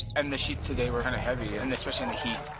and the sheep today were kinda heavy, and specially in the heat.